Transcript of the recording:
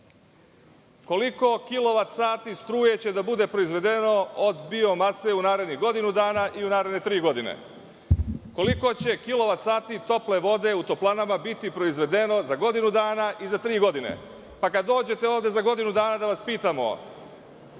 Koliko kilovat sati struje će da bude proizvedeno od biomase u narednih godinu dana i u naredne tri godine? Koliko će kilovat sati tople vode u toplanama biti proizvedeno za godinu dana i za tri godine? Kada dođete ovde za godinu dana, da vas pitamo